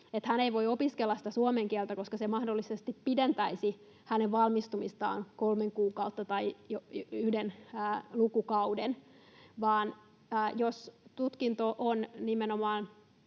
hän ei voi opiskella sitä suomen kieltä, koska se mahdollisesti pidentäisi hänen valmistumistaan kolme kuukautta tai jopa yhden lukukauden. Jos tämä lukukausimaksu on